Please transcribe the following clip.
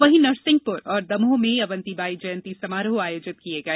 वहीं नरसिंहपुर और दमोह में अवन्ति बाई जयंती समारोह आयोजित किये गए